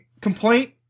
complaint